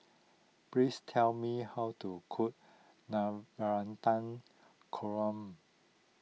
please tell me how to cook Navratan Korm